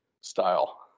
style